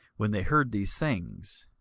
when they heard these things.